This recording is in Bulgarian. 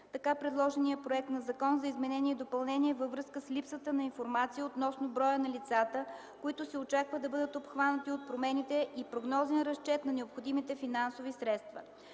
така предложения законопроект за изменение и допълнение във връзка с липса на информация относно броя на лицата, които се очаква да бъдат обхванати от промените, и прогнозен разчет на необходимите финансови средства.